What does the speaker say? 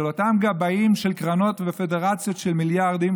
של אותם גבאים של קרנות ופדרציות של מיליארדים,